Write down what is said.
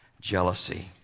jealousy